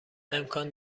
امکان